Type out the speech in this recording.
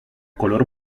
color